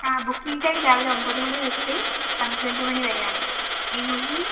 ആ booking time രാവിലെ ഒൻപതുമണിതൊട്ട് പന്ത്രണ്ടുമണി വരെയാണ് അതിനുള്ളിൽ